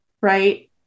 Right